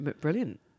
Brilliant